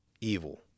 evil